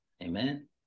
Amen